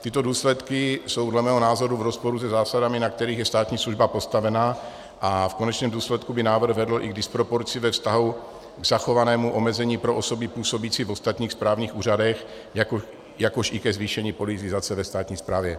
Tyto důsledky jsou dle mého názoru v rozporu se zásadami, na kterých je státní služba postavena, a v konečném důsledku by návrh vedl i k disproporci ve vztahu k zachovanému omezení pro osoby působící v ostatních správních úřadech, jakož i ke zvýšení politizace ve státní správě.